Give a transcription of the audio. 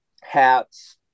hats